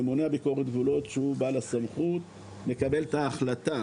ממונה ביקורת הגבולות שהוא בעל הסמכות מקבל את ההחלטה